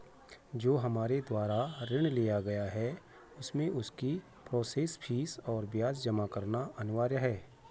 जो हमारे द्वारा ऋण लिया गया है उसमें उसकी प्रोसेस फीस और ब्याज जमा करना अनिवार्य है?